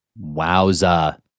Wowza